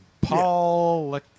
Paul